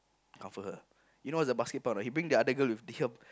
comfort her you know what's the basket part or not he bring the other girl with her